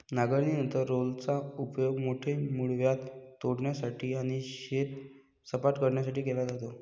नांगरणीनंतर रोलरचा उपयोग मोठे मूळव्याध तोडण्यासाठी आणि शेत सपाट करण्यासाठी केला जातो